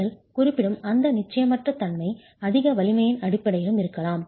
நீங்கள் குறிப்பிடும் இந்த நிச்சயமற்ற தன்மை அதிக வலிமையின் அடிப்படையிலும் இருக்கலாம்